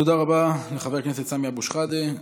תודה רבה לחבר הכנסת סמי אבו שחאדה.